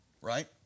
right